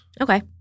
Okay